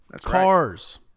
Cars